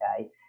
okay